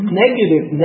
negative